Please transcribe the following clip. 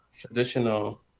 traditional